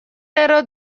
rero